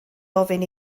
ofyn